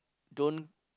don't